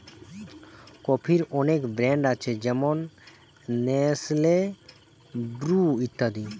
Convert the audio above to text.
কফির অনেক ব্র্যান্ড আছে যেমন নেসলে, ব্রু ইত্যাদি